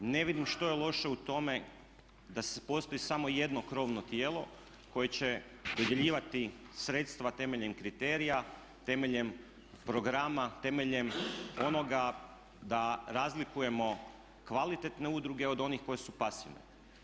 Ne vidim što je loše u tome da postoji samo jedno krovno tijelo koje će dodjeljivati sredstva temeljem kriterija, temeljem programa, temeljem onoga da razlikujemo kvalitetne udruge od onih koje su pasivne.